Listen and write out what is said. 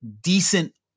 decent